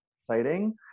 exciting